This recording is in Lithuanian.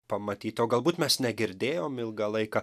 pamatyt o galbūt mes negirdėjom ilgą laiką